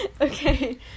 Okay